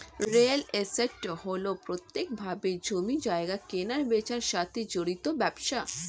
real estate হল প্রত্যক্ষভাবে জমি জায়গা কেনাবেচার সাথে জড়িত ব্যবসা